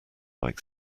like